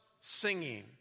singing